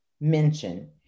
mention